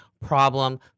problem